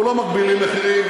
אנחנו לא מגבילים מחירים,